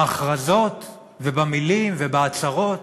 בהכרזות ובמילים ובהצהרות,